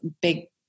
big